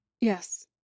Yes